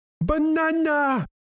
Banana